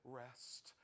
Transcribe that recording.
rest